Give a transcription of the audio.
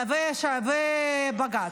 ובג"ץ.